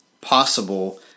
possible